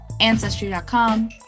Ancestry.com